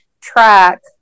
track